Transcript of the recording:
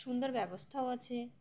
সুন্দর ব্যবস্থাও আছে